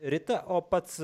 rita o pats